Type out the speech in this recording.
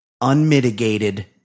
unmitigated